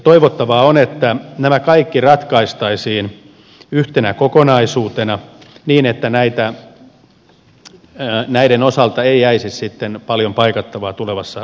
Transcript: toivottavaa on että nämä kaikki ratkaistaisiin yhtenä kokonaisuutena niin että näiden osalta ei jäisi sitten paljon paikattavaa tulevassa lainsäädännössä